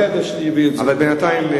בינתיים,